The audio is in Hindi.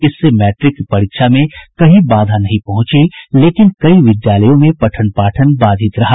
इससे मैट्रिक की परीक्षा में कहीं बाधा नहीं पहुंची लेकिन कई विद्यालयों में पठन पाठन बाधित रहा